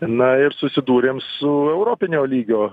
na ir susidūrėm su europinio lygio